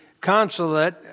consulate